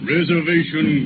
Reservation